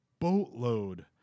boatload